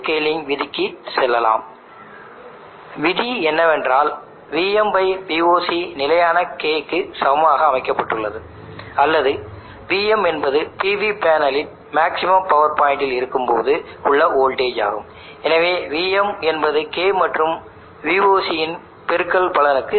ImIsc என்பது ஒரு நிலையான K க்கு சமம் அல்லது Im என்பது K ஆல் Isc ஐ பெருக்குவதற்கு சமம் என்று நாம் விவாதித்த விதியைக் கவனியுங்கள்